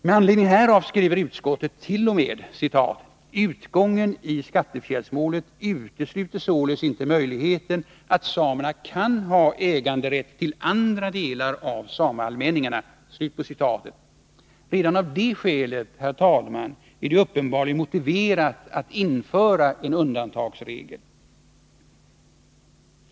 Med anledning härav skriver utskottet t.o.m.: ”Utgången i skattefjällsmålet utesluter således inte möjligheten att samerna kan ha äganderätt till andra delar av sameallmänningarna”. Redan av det skälet, herr talman, är det uppenbarligen motiverat att införa undantagsregeln.